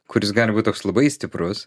kuris gali būt toks labai stiprus